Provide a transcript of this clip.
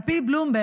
על פי בלומברג,